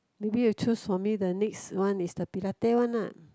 maybe you choose for me the next one is the Pilate one lah